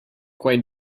quite